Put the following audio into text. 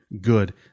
good